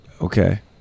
okay